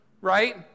right